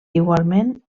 igualment